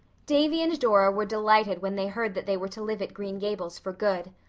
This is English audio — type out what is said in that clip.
davy and dora were delighted when they heard that they were to live at green gables, for good.